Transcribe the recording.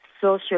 social